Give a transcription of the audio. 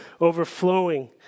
overflowing